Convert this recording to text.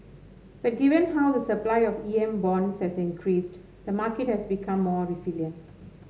but given how the supply of E M bonds has increased the market has become more resilient